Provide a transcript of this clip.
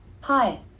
Hi